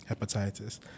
hepatitis